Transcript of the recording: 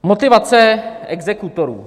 Motivace exekutorů.